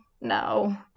no